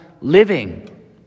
living